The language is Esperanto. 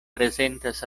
prezentas